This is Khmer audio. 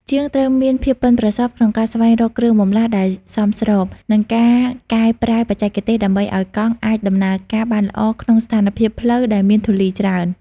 ជាងត្រូវមានភាពប៉ិនប្រសប់ក្នុងការស្វែងរកគ្រឿងបន្លាស់ដែលសមស្រប និងការកែច្នៃបច្ចេកទេសដើម្បីឱ្យកង់អាចដំណើរការបានល្អក្នុងស្ថានភាពផ្លូវដែលមានធូលីច្រើន។